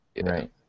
Right